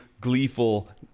gleeful